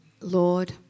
Lord